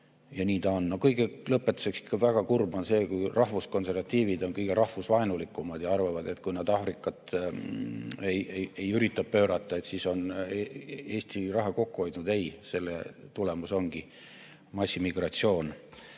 Nii ta on. Lõpetuseks: ikka väga kurb on see, kui rahvuskonservatiivid on kõige rahvusvaenulikumad ja arvavad, et kui nad Aafrikat ei ürita pöörata, siis on Eesti raha kokku hoidnud. Ei, selle tulemus on massimigratsioon